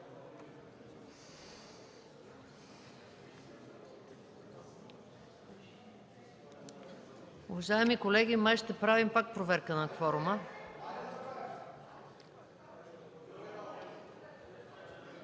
Уважаеми колеги, май ще правим пак проверка на кворума.